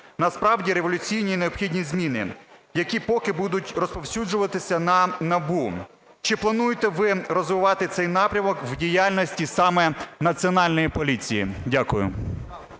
насправді революційні і необхідні зміни, які поки будуть розповсюджуватися на НАБУ. Чи плануєте ви розвивати цей напрямок в діяльності саме Національної поліції? Дякую.